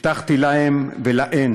הבטחתי להם ולהן